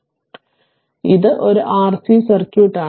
അതിനാൽ ഇത് ഒരു RC സർക്യൂട്ട് ആണ്